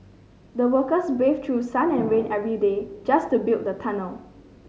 the workers braved through sun and rain every day just to build the tunnel